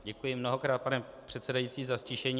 Děkuji mnohokrát, pane předsedající za ztišení.